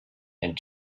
and